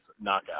knockout